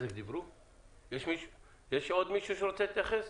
יש עוד מישהו שרוצה להתייחס?